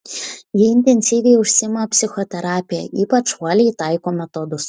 jie intensyviai užsiima psichoterapija ypač uoliai taiko metodus